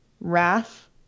wrath